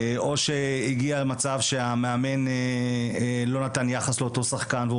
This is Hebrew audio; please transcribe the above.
או שהגיע מצב שהמאמן לא נתן יחס לאותו שחקן והוא